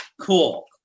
Cool